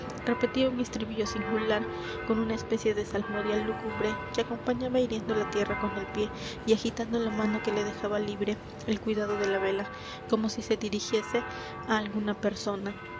repetía un estribillo singular con una especie de salmodia lúgubre que acompañaba hiriendo la tierra con el pie y agitando la mano que le dejaba libre el cuidado de la vela como si se dirigiese á alguna persona